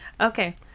Okay